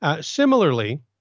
Similarly